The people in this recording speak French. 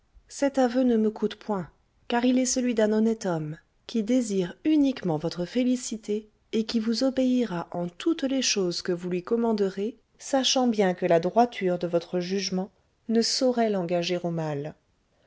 cet aveu ne me coûte point car il est celui d'un homme honnête qui désire uniquement votre félicité et qui vous obéira en toutes les choses que vous lui commanderez sachant bien que la droiture de votre jugement ne saurait l'engager au mal